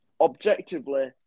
objectively